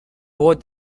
brought